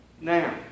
Now